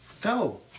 Go